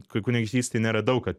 kunigaikštystėj nėra daug kad